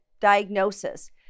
diagnosis